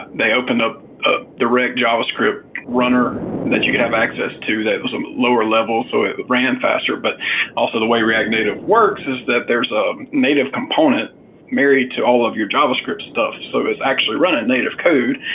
they opened up ah the ric javascript runner that you could have access to that was a lower level, so it ran faster, but also the way react native works is that there's a native component married to all of your javascript stuff, so it's actually running native code.